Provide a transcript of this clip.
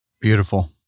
Beautiful